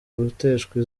guteshwa